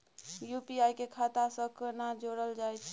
UPI के खाता सं केना जोरल जाए छै?